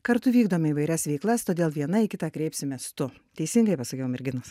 kartu vykdome įvairias veiklas todėl viena į kitą kreipsimės tu teisingai pasakiau merginos